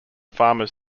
farmers